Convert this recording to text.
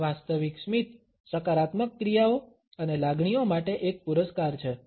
વાસ્તવિક સ્મિત સકારાત્મક ક્રિયાઓ અને લાગણીઓ માટે એક પુરસ્કાર છે